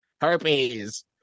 herpes